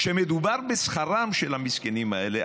כשמדובר בשכרם של המסכנים האלה,